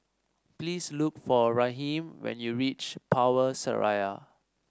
please look for Raheem when you reach Power Seraya